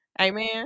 Amen